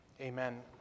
Amen